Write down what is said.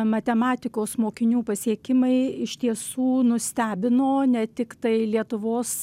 matematikos mokinių pasiekimai iš tiesų nustebino ne tiktai lietuvos